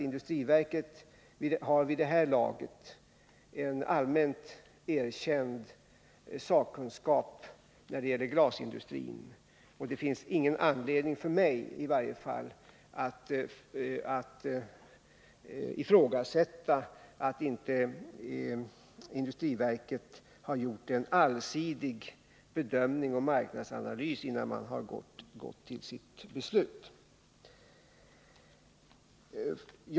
Industriverket har ju vid det här laget en allmänt erkänd sakkunskap i fråga om glasindustrin. Det finns i varje fall ingen anledning för mig att ifrågasätta om industriverket gjort en allsidig bedömning och marknadsanalys innan verket gått till beslut.